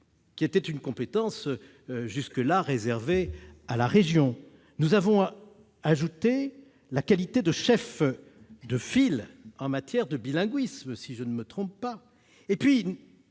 qui était une compétence jusque-là réservée à la région, nous avons ajouté la qualité de chef de file en matière de bilinguisme, et nous nous